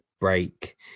break